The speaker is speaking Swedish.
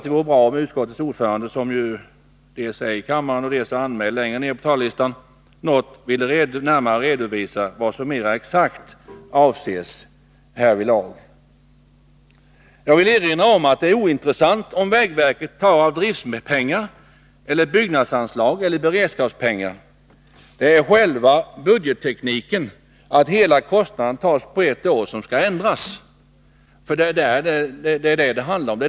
Det vore bra om utskottets ordförande, som står anmäld längre ned på talarlistan och som nu finns här i kammaren, ville redovisa mera exakt vad som avses härvidlag. Jag vill erinra om att det är ointressant om vägverket tar av driftpengar, byggnadsanslag eller beredskapspengar. Det är själva budgettekniken, att hela kostnaden belastar ett år, som skall ändras. Det är vad det handlar om.